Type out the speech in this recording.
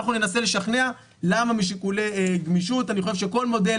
אנחנו ננסה לשכנע למה משיקולי גמישות אני חושב שכל מודל